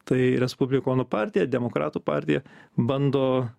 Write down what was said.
tai respublikonų partija demokratų partija bando